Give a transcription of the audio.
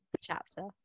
chapter